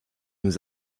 nous